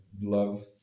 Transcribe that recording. love